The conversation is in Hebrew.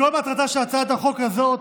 כל מטרתה של הצעת החוק הזאת,